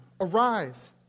arise